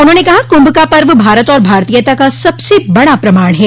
उन्होंने कहा क्रंभ का पर्व भारत और भारतीयता का सबसे बड़ा प्रमाण है